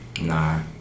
Nah